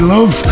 Love